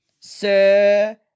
Sir